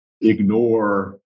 ignore